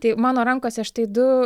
tai mano rankose štai du